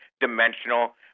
dimensional